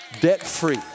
debt-free